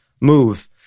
move